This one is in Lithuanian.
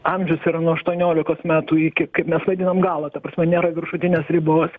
amžius yra nuo aštuoniolikos metų iki kaip mes vadinam galą ta prasme nėra viršutinės ribos